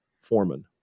foreman